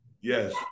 Yes